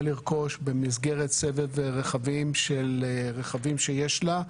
לרכוש במסגרת סבב רכבים של רכבים שיש לה.